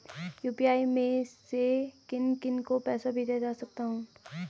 UPI से मैं किन किन को पैसे भेज सकता हूँ?